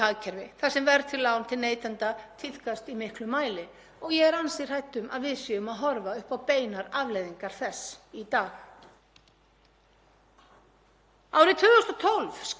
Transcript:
Árið 2012 skrifaði seðlabankastjóri: „Verðtrygging þvælist fyrir framgangi peningamálastefnu Seðlabankans, einkum þó leiðni stýrivaxta yfir til langtímavaxta og færa